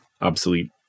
obsolete